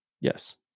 yes